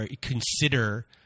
consider